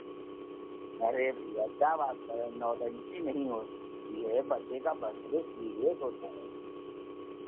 अरे भैया क्या बात कर रहे नौटंकी नहीं होती है बच्चे का बर्थडे सीरियस होता है